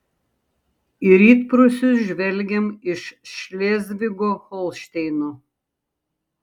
į rytprūsius žvelgiam iš šlėzvigo holšteino